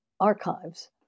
archives